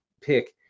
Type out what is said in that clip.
pick